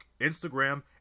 Instagram